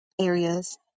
areas